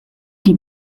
die